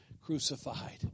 crucified